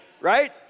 Right